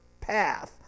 path